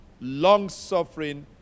long-suffering